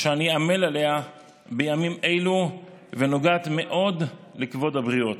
שאני עמל עליה בימים אלו ונוגעת מאוד לכבוד הבריות.